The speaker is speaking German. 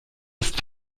ist